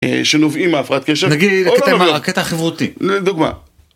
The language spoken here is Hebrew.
אה.. שנובעים מהפרעת קשב, נגיד, הקטע חברותי, לדוגמה.